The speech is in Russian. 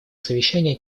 совещания